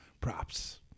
props